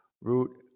root